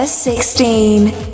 Sixteen